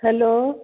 hello